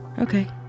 Okay